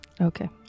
Okay